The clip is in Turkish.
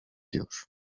diyor